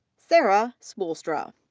sara spoolstra.